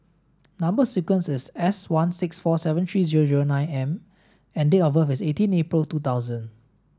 number sequence is S one six four seven three zero zero nine M and date of birth is eighteen April two thousand